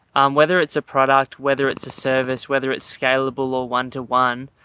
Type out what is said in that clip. um, whether it's a product, whether it's a service, whether it's scalable or one to one,